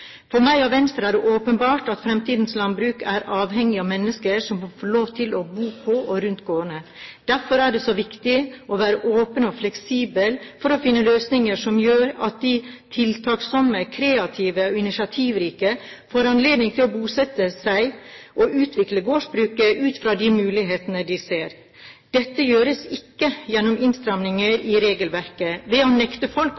For meg og Venstre er det åpenbart at fremtidens landbruk er avhengig av menneskene som får lov til å bo på og rundt gården. Derfor er det så viktig å være åpen og fleksibel, for å finne løsninger som gjør at de tiltaksomme, kreative og initiativrike får anledning til å bosette seg og utvikle gårdsbruket ut fra de mulighetene de ser. Dette gjøres ikke gjennom innstramminger i regelverk, ved å nekte folk